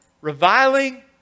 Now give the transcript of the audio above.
Reviling